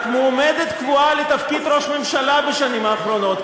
את מועמדת קבועה לתפקיד ראש ממשלה בשנים האחרונות,